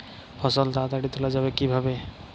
ফসল তাড়াতাড়ি তোলা যাবে কিভাবে?